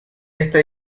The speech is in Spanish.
esta